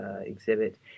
exhibit